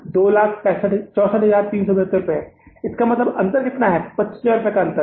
264375 का मतलब है कि यहां क्या अंतर है यहां 25000 रुपये का अंतर है